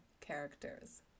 characters